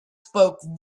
spoke